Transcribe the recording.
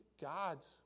God's